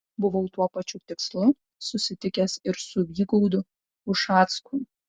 buvau tuo pačiu tikslu susitikęs ir su vygaudu ušacku